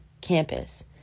campus